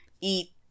eat